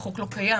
החוק לא קיים.